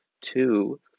Two